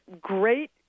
great